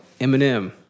Eminem